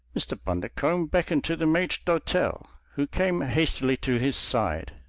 mr. bundercombe beckoned to the maitre d'hotel who came hastily to his side.